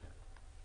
כן.